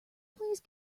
please